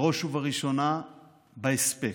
בראש ובראשונה בהספק.